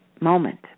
moment